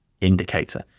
indicator